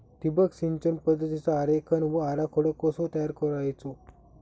ठिबक सिंचन पद्धतीचा आरेखन व आराखडो कसो तयार करायचो?